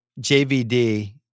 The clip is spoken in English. JVD